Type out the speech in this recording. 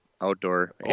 outdoor